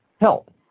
help